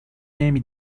نمی